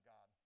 God